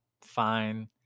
fine